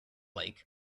lake